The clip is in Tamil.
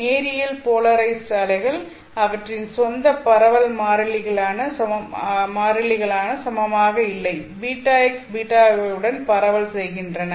நேரியல் போலரைஸ்ட் அலைகள் அவற்றின் சொந்த பரவல் மாறிலிகளான சமமாக இல்லை βx βy உடன் பரவல் செய்கின்றன